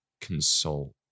consult